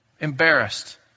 Embarrassed